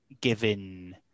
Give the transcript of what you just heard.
given